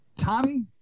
Tommy